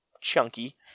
chunky